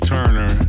Turner